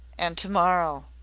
and to-morrow!